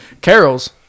Carol's